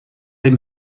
dem